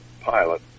pilot